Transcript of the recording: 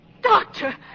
Doctor